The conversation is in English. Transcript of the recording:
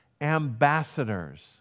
ambassadors